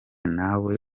nawe